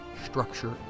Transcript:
structure